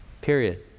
period